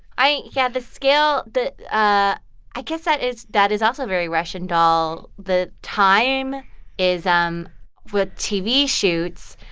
i yeah, the scale that ah i guess that is that is also very russian doll. the time is um with tv shoots,